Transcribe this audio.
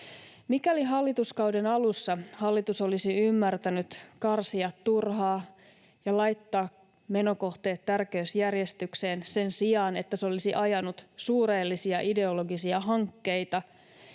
Mikäli hallituskauden alussa hallitus olisi ymmärtänyt karsia turhaa ja laittaa menokohteet tärkeysjärjestykseen sen sijaan, että se olisi ajanut suureellisia ideologisia hankkeita,